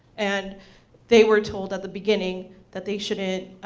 and they were told at the beginning that they shouldn't,